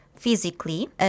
Physically